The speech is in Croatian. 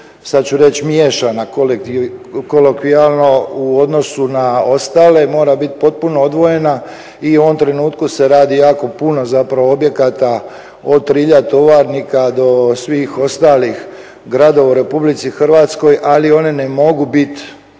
sada ću reći miješana kolokvijalno u odnos na ostale, mora biti potpuno odvojena. I u ovom trenutku se radi jako puno zapravo objekata od Trilja, Tovarnika do svih ostalih gradova u Republici Hrvatskoj ali one ne mogu biti